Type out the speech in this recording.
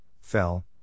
fell